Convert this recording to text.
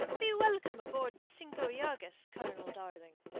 be welcome aboard the cinco llagas, colonel, darling,